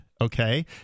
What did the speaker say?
Okay